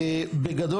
בגדול,